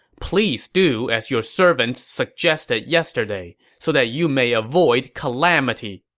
please do as your servants suggested yesterday so that you may avoid calamity.